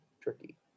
tricky